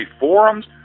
forums